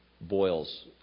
boils